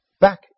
back